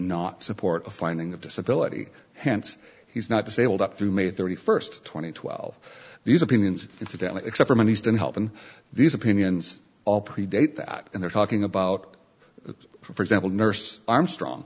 not support a finding of disability hence he's not disabled up through may thirty first two thousand and twelve these opinions incidentally except from an eastern help and these opinions all predate that and they're talking about for example nurse armstrong